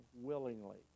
willingly